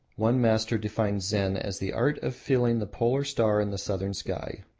one master defines zen as the art of feeling the polar star in the southern sky.